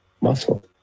muscle